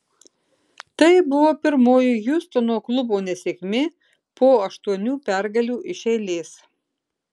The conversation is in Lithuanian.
tai buvo pirmoji hjustono klubo nesėkmė po aštuonių pergalių iš eilės